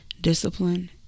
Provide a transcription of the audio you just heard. discipline